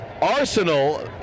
Arsenal